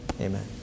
Amen